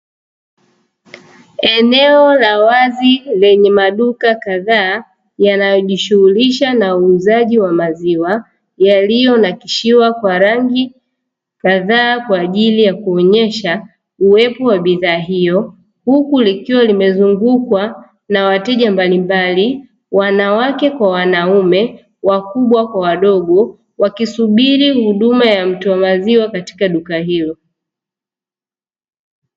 Eneo la wazi lenye maduka kadhaa yanayojishughulisha na uuzaji wa maziwa yaliyo na kisiwa kwa rangi kadhaa kwa ajili ya kuonyesha uwepo wa bidhaa hiyo huku likiwa limezungukwa na wateja mbalimbali wanawake kwa wanaume, wakubwa kwa wadogo wakisubiri huduma ya mtoa huduma ys maziwa katika duka hilo.